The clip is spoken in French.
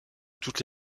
toutes